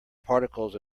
particles